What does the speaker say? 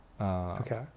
Okay